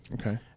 Okay